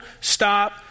stop